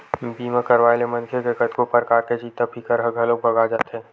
बीमा करवाए ले मनखे के कतको परकार के चिंता फिकर ह घलोक भगा जाथे